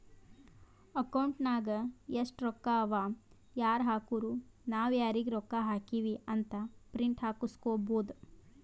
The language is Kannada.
ಅಕೌಂಟ್ ನಾಗ್ ಎಸ್ಟ್ ರೊಕ್ಕಾ ಅವಾ ಯಾರ್ ಹಾಕುರು ನಾವ್ ಯಾರಿಗ ರೊಕ್ಕಾ ಹಾಕಿವಿ ಅಂತ್ ಪ್ರಿಂಟ್ ಹಾಕುಸ್ಕೊಬೋದ